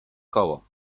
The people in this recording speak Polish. koło